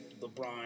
LeBron